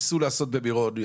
ניסו לעשות במירון,